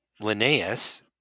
Linnaeus